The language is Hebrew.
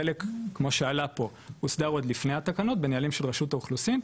חלק כמו שעלה פה הוסדר עוד לפני התקנות בנהלים של רשות האוכלוסין,